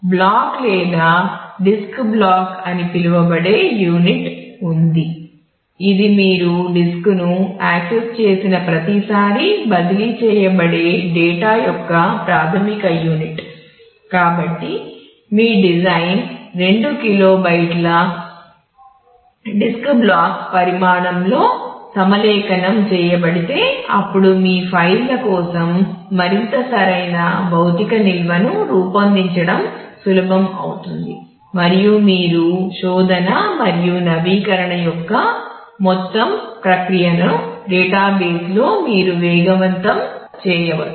black కోసం మరింత సరైన భౌతిక నిల్వను రూపొందించడం సులభం అవుతుంది మరియు మీరు శోధన మరియు నవీకరణ యొక్క మొత్తం ప్రక్రియను డేటాబేస్లో మీరు వేగవంతం చేయవచ్చు